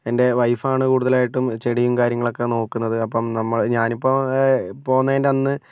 എൻ്റെ വൈഫാണ് കൂടുതലായിട്ടും ചെടിയും കാര്യങ്ങളൊക്കെ നോക്കുന്നത് അപ്പം നമ്മ ഞാനിപ്പോൾ പോന്നതിൻ്റെ അന്ന്